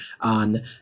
on